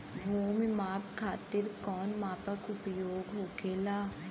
भूमि नाप खातिर कौन मानक उपयोग होखेला?